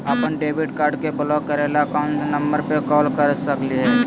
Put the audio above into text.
अपन debit card के block करे ला कौन नंबर पे कॉल कर सकली हई?